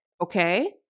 Okay